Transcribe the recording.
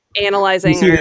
analyzing